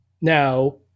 Now